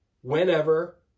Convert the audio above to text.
Whenever